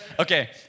Okay